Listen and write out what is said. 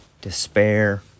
despair